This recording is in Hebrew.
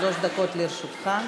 שלוש דקות לרשותך.